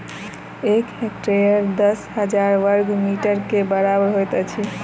एक हेक्टेयर दस हजार बर्ग मीटर के बराबर होइत अछि